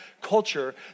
culture